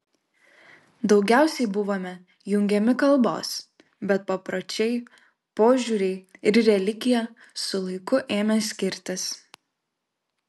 daugiausiai buvome jungiami kalbos bet papročiai požiūriai ir religija su laiku ėmė skirtis